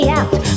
out